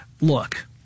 look